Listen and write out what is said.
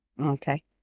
Okay